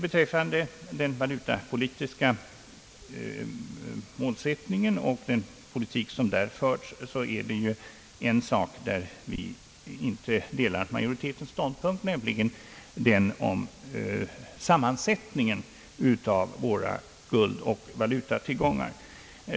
Beträffande den valutapolitiska målsättningen och den politik som där förts delar vi inte majoritetens ståndpunkt om sammansättningen av våra guldoch valutatillgångar.